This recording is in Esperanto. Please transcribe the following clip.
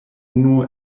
unu